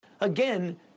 again